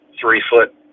three-foot